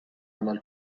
عمل